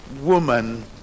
woman